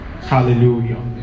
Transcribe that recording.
Hallelujah